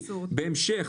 בהמשך,